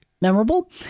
memorable